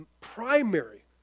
primary